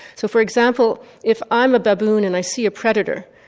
so for example if i'm a baboon and i see a predator,